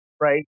right